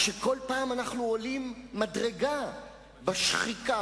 אנחנו הגענו לסיכום